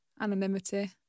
anonymity